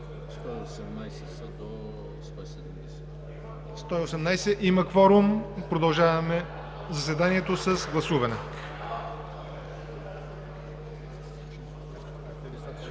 Има кворум. Продължаваме заседанието с гласуване.